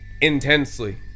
intensely